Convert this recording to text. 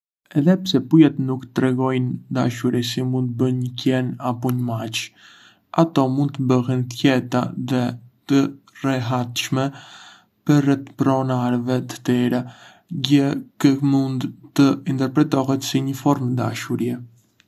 Edhe pse pulat nuk tregojnë dashuri si mund bënj një qen apo një mace, ato mund të bëhen të qeta dhe të rehatshme përreth pronarëve të tyre, gjë që mund të interpretohet si një formë dashurie.